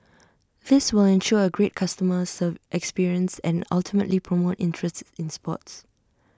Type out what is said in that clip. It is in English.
this will ensure A great customer experience and ultimately promote interest in sports